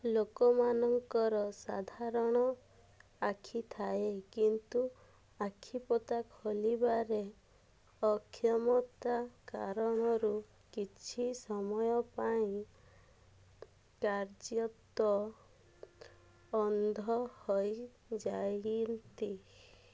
ଲୋକମାନଙ୍କର ସାଧାରଣ ଆଖି ଥାଏ କିନ୍ତୁ ଆଖି ପତା ଖୋଲିବାରେ ଅକ୍ଷମତା କାରଣରୁ କିଛି ସମୟ ପାଇଁ କାର୍ଯ୍ୟତ ଅନ୍ଧ ହୋଇଯାଆନ୍ତି